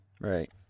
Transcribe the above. Right